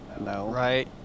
Right